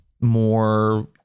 more